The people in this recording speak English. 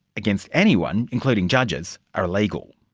against anyone, including judges, are illegal.